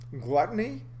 gluttony